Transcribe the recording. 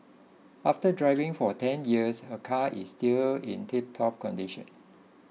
after driving for ten years her car is still in tiptop condition